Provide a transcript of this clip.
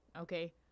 Okay